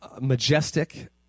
majestic